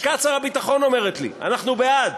לשכת שר הביטחון אומרת לי: אנחנו בעד,